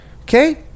Okay